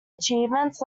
achievements